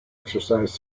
exercise